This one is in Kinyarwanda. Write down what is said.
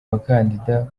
bakandida